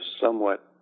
somewhat